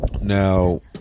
Now